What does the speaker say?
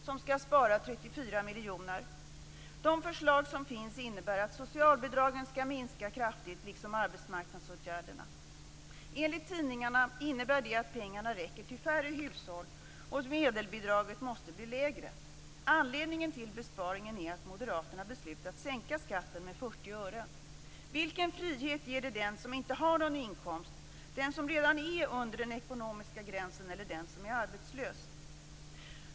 Man skall där spara 34 miljoner kronor. De förslag som har lagts fram innebär att socialbidragen skall minska kraftigt, liksom arbetsmarknadsåtgärderna. Enligt tidningarna innebär det att pengarna räcker till färre hushåll och att medelbidraget måste bli lägre. Anledningen till besparingen är att moderaterna beslutat att sänka skatten med 40 öre. Vilken frihet ger det den som inte har någon inkomst, den som redan är under den ekonomiska gränsen eller den som är arbetslös?